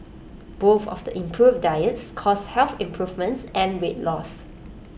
both of the improved diets caused health improvements and weight loss